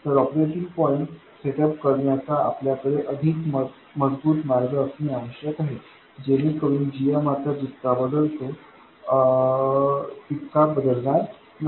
तर operating point setup करण्याचा आपल्याकडे अधिक मजबूत मार्ग असणे आवश्यक आहे जेणेकरून gmआता जितका बदलतो तितका बदलणार नाही